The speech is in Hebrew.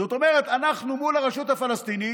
זאת אומרת, אנחנו מול הרשות הפלסטינית